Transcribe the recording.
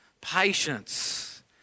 Patience